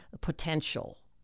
potential